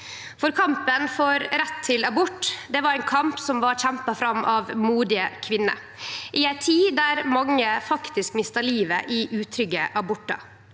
tru. Kampen for rett til abort var ein kamp som blei kjempa fram av modige kvinner, i ei tid då mange faktisk mista livet i utrygge abortar.